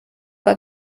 war